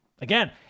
Again